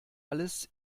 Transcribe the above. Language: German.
alles